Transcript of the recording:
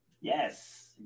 Yes